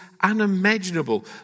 unimaginable